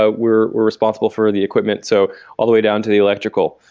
ah we're we're responsible for the equipment. so all the way down to the electrical.